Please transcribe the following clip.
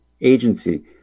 agency